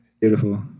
Beautiful